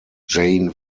jane